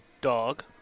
dog